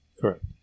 Correct